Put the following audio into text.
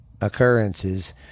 occurrences